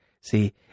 See